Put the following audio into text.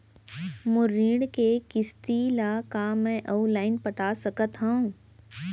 मोर ऋण के किसती ला का मैं अऊ लाइन पटा सकत हव?